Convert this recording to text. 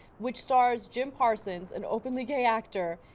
which stars jim parsons, an openly gay actor,